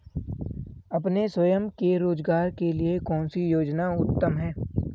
अपने स्वयं के रोज़गार के लिए कौनसी योजना उत्तम है?